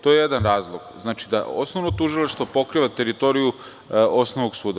To je jedan razlog, da osnovno tužilaštvo pokriva teritoriju osnovnog suda.